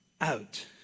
out